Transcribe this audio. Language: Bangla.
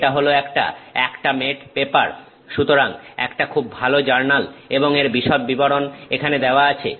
এটা হল একটা অ্যাকটা মেট পেপার সুতরাং একটা খুব ভালো জার্নাল এবং এর বিশদ বিবরণ এখানে দেওয়া আছে